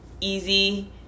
easy